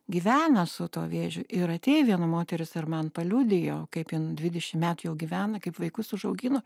gyvena su tuo vėžiu ir atėj viena moteris ar man paliudijo kaip jin dvidešim metų jau gyvena kaip vaikus užaugino